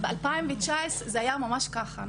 זה היה ממש ככה.